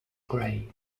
gray